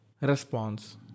response